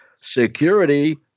Security